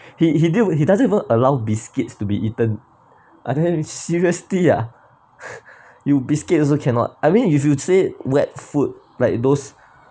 he he didn't he doesn't even allow biscuits to be eaten I then seriously ah you biscuit also cannot I mean if you say wet food like those